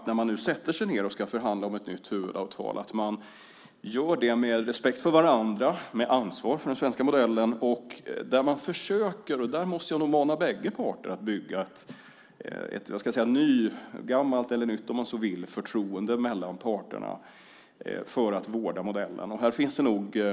När man nu sätter sig ned för att förhandla om ett huvudavtal bör man göra det med respekt för varandra och med ansvar för den svenska modellen där man försöker att bygga ett nygammalt, eller om man så vill, ett nytt förtroende mellan parterna för att vårda modellen. Den uppmaningen gäller bägge parterna.